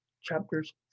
chapters